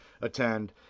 attend